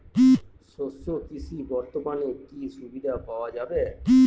শস্য কৃষি অবর্তনে কি সুবিধা পাওয়া যাবে?